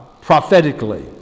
prophetically